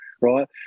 right